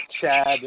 Chad